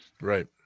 Right